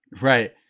Right